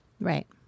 Right